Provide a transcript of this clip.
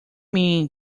mean